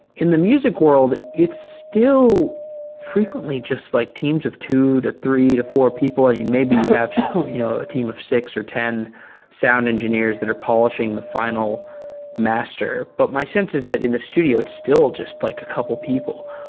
in the music world, it's still frequently just like teams of two, to three, to four people and maybe you have you know a team of six or ten sound engineers that are polishing the fi nal master, but my sense is that in the studio, it's still just like a couple people.